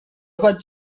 vaig